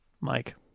Mike